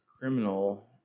criminal